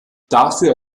dafür